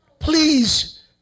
Please